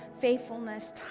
faithfulness